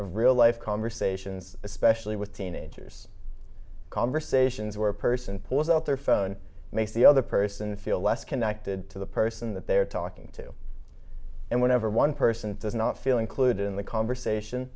real life conversations especially with teenagers conversations where a person pulls out their phone makes the other person feel less connected to the person that they are talking to and whenever one person does not feel included in the conversation